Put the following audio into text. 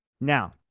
Now